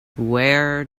where